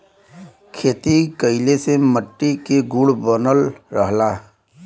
खेती कइले से मट्टी के गुण बनल रहला